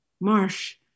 Marsh